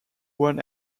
one